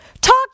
Talk